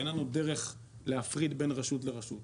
אין לנו דרך להפריד בין רשות לרשות,